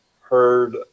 heard